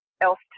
else